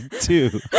two